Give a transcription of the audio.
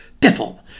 Piffle